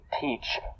teach